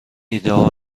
ایدهها